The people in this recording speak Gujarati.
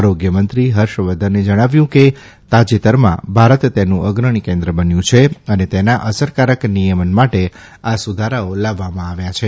આરોગ્યમંત્રી હર્ષવર્ધને જણાવ્યું કે તાજેતરમાં ભારત તેનું ગ્રણી કેન્દ્ર બન્યું છે ને તેના સરકારક નિથમન માટે આ સુધારાઓ લાવવામાં આવ્યા છે